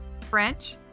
french